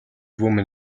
woman